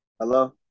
Hello